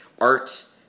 art